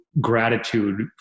gratitude